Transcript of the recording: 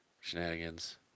shenanigans